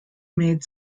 made